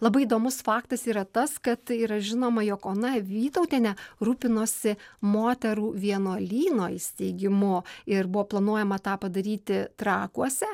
labai įdomus faktas yra tas kad yra žinoma jog ona vytautienė rūpinosi moterų vienuolyno įsteigimu ir buvo planuojama tą padaryti trakuose